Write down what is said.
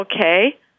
okay